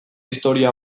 historia